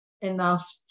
enough